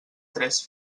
tres